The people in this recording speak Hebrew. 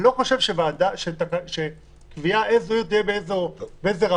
לא חושב שקביעה איזו עיר תהיה באיזו רמה,